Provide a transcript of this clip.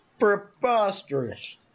preposterous